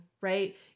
right